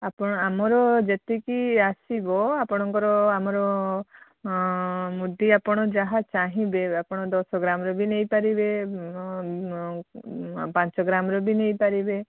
ଆପଣ ଆମର ଯେତିକି ଆସିବ ଆପଣଙ୍କର ଆମର ମୁଦି ଆପଣ ଯାହା ଚାହିଁବେ ଆପଣ ଦଶ ଗ୍ରାମର ବି ନେଇପାରିବେ ପାଞ୍ଚ ଗ୍ରାମର ବି ନେଇପାରିବେ